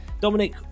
Dominic